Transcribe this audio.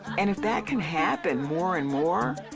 and if that can happen more and more,